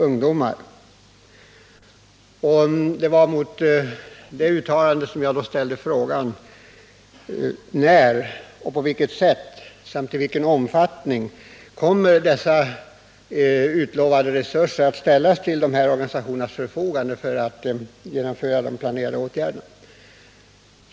Det var mot bakgrund av det uttalandet som jag ställde frågorna när, på vilket sätt samt i vilken omfattning de utlovade resurserna kommer att ställas till dessa organisationers förfogande för att genomföra de planerade åtgärderna.